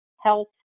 health